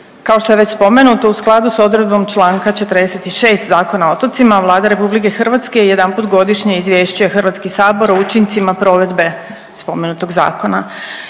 Kao što je već spomenuto u skladu s odredbom čl. 46. Zakona o otocima Vlada RH jedanput godišnje izvješćuje HS o učincima provedbe spomenutog zakona.